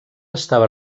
estava